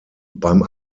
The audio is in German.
beim